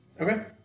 Okay